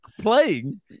playing